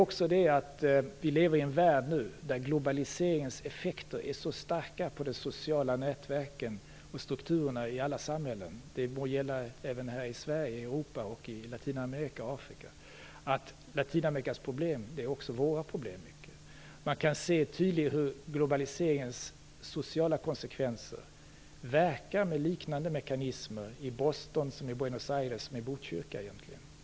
Vi lever också i en värld där globaliseringens effekter är så starka på de sociala nätverken och strukturerna i alla samhällen - det må gälla Sverige, Europa, Latinamerika och Afrika - att Latinamerikas problem också är våra problem. Man kan tydligt se hur globaliseringens sociala konsekvenser verkar med liknande mekanismer i Boston, Buenos Aires och Botkyrka.